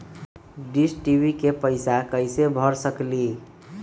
Dish TV के पैईसा कईसे भर सकली?